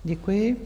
Děkuji.